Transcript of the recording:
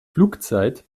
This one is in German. flugzeit